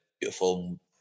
beautiful